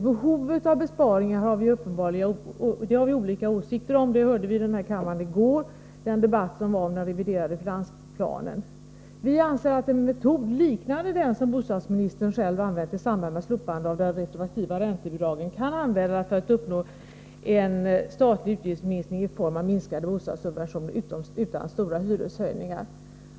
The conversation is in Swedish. Behovet av besparingar har vi uppenbarligen olika åsikter om — det hörde vi i denna kammare i går i debatten om den reviderade finansplanen. Vi anser att en metod liknande den som bostadsministern själv använt i samband med slopande av de retroaktiva räntebidragen också kan användas för att uppnå en statlig utgiftsminskning i form av minskade bostadssubventioner utan stora hyreshöjningar.